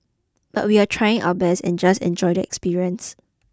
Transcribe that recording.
but we're trying our best and just enjoy the experience